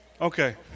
Okay